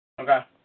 Okay